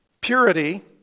Purity